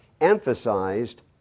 emphasized